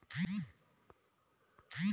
धान के सिंचाई जल्दी करे खातिर का करी?